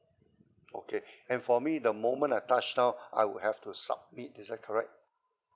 okay and for me the moment I touched down I would have to submit is that correct